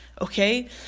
okay